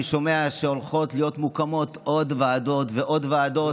אני שומע שהולכות להיות מוקמות עוד ועדות ועוד ועדות.